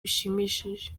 bishimishije